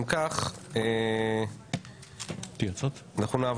אם כך, אנחנו נעבור להצבעה.